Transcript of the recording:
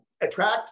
attract